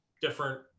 different